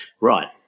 Right